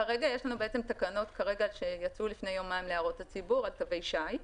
כרגע יש לנו תקנות שיצאו לפני יומיים להערות הציבור על תווי שי.